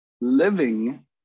living